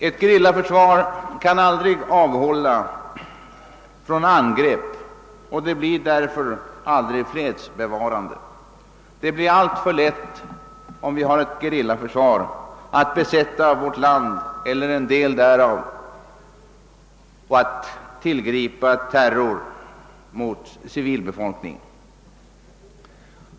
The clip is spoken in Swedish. Ett sådant kan aldrig avhålla från angrepp, och det blir därför aldrig fredsbevarande. Om vi har ett gerillaförsvar, blir det alltför lätt att besätta vårt land eller en del därav och att tillgripa terror mot civilbefolkningen.